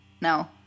No